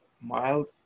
mild